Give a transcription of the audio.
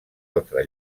altre